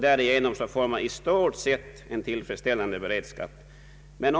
Därigenom har en i stort sett tillfredsställande beredskap kunnat erhållas.